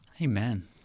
Amen